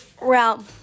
Realm